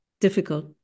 difficult